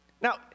Now